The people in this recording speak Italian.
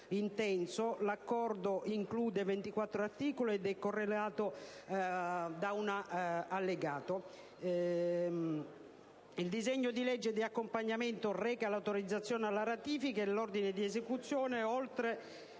intenso. L'Accordo include 24 articoli ed è corredato da un allegato. Il disegno di legge di accompagnamento reca l'autorizzazione alla ratifica e l'ordine di esecuzione, oltre